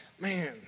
man